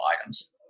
items